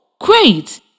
Great